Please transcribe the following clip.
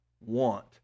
want